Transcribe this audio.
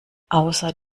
außer